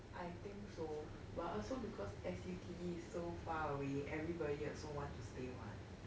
I think so but also because S_U_T_D is so far away everybody also want to stay what